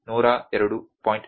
26 ಇದು 102